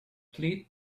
plead